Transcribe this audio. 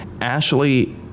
Ashley